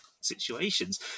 situations